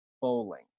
bowling